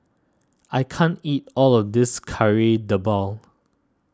I can't eat all of this Kari Debal